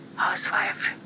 housewife